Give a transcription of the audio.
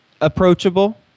approachable